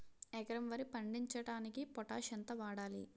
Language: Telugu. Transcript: ఎకరం వరి పండించటానికి పొటాష్ ఎంత వాడాలి?